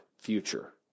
future